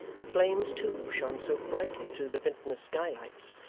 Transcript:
the flames too, shone so brightly through the vintner's skylights,